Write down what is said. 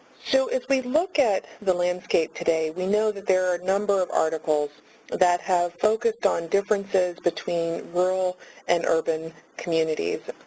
so, as we look at the landscape today, we know that there are a number of articles that have focused on differences between rural and urban communities,